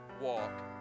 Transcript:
walk